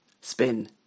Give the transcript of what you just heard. Spin